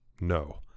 no